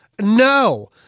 No